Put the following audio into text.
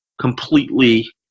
completely